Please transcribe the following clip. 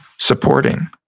supporting?